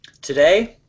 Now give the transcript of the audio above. Today